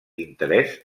interès